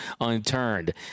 unturned